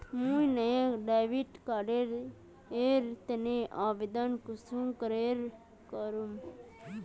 मुई नया debit card एर तने आवेदन कुंसम करे करूम?